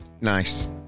nice